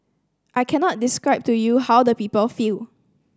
I cannot describe to you how the people feel